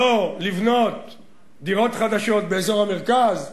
לא לבנות דירות חדשות באזור המרכז?